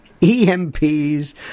EMPs